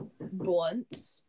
blunt